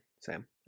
Sam